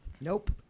Nope